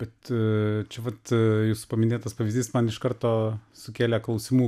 bet čia vat jūsų paminėtas pavyzdys man iš karto sukėlė klausimų